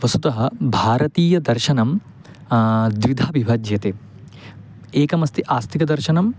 वस्तुतः भारतीयदर्शनं द्विधा विभज्यते एकम् अस्ति आस्तिकदर्शनं